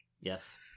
Yes